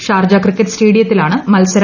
Sharjah cricket സ്റ്റേഡീയത്തിലാണ് മത്സരം